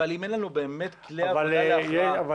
אבל אם אין לנו באמת כלי עבודה להכרעה --- בסדר,